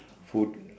food